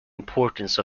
importance